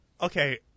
Okay